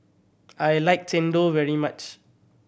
I like chendol very much